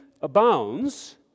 abounds